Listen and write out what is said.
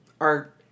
art